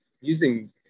using